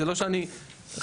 זה לא שאני ראיתי,